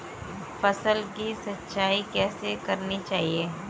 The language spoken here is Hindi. फसल की सिंचाई कैसे करनी चाहिए?